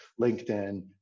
LinkedIn